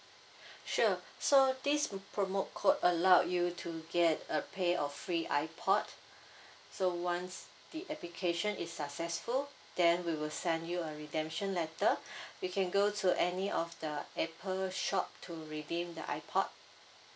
sure so this promo code allowed you to get a pair of free ipod so once the application is successful then we will send you a redemption letter you can go to any of the apple shop to redeem the ipod